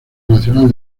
nacional